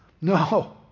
No